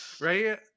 right